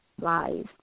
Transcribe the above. lies